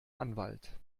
anwalt